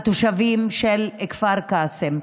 התושבים של כפר קאסם.